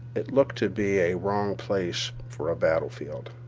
it looked to be a wrong place for a battle field.